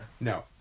No